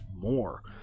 more